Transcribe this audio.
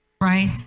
right